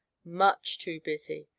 much too busy!